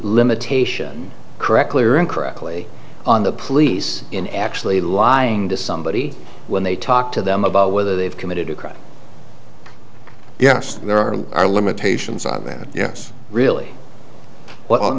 limitation correctly or incorrectly on the police in actually lying to somebody when they talk to them about whether they've committed a crime yes there are are limitations on that yes really